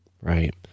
Right